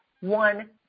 one